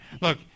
look